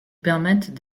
permettent